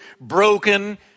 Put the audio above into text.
broken